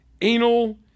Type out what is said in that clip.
Anal